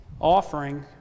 offering